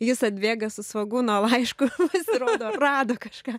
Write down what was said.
jis atbėga su svogūno laišku pasirodo rado kažką